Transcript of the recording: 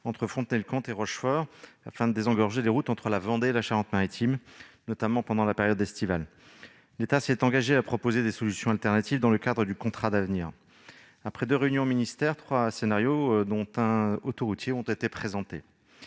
entre Fontenay-le-Comte et Rochefort afin de désengorger les routes entre la Vendée et la Charente-Maritime, notamment pendant la période estivale. L'État s'est engagé à proposer des solutions alternatives dans le cadre du contrat d'avenir. Après deux réunions au ministère, trois scénarios, dont un autoroutier, ont été présentés.